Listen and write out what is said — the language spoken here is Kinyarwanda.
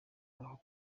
aho